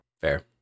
Fair